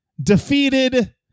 defeated